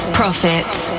profits